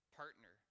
partner